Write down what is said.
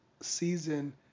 season